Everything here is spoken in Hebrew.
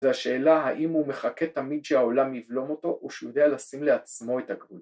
‫השאלה האם הוא מחכה תמיד ‫שהעולם יבלום אותו ‫הוא שהוא יודע לשים לעצמו את הגבול.